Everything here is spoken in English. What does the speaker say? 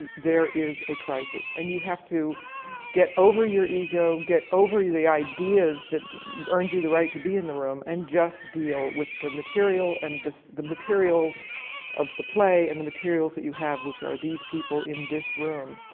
there is a crisis. and you have to get over your ego, get over the ideas that earned you the right to be in the room, and just deal with the material and the material of the play and the materials that you have, which are these people in this room.